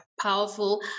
powerful